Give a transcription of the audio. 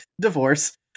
divorce